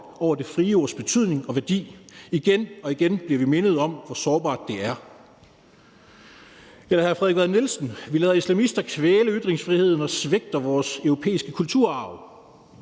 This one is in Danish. over det frie ords betydning og værdi. Igen og igen bliver vi mindet om hvor sårbart det er.« Eller jeg kan citere hr. Frederik Vad Nielsen: »Vi lader islamister kvæle ytringsfriheden og svigter vores europæiske kulturarv«.